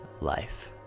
life